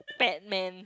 Batman